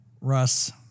Russ